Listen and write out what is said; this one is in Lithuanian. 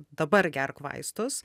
dabar gerk vaistus